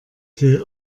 till